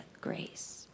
grace